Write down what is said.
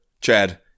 Chad